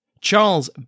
Charles